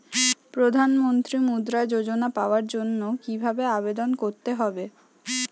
প্রধান মন্ত্রী মুদ্রা যোজনা পাওয়ার জন্য কিভাবে আবেদন করতে হবে?